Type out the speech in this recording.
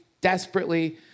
desperately